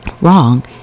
wrong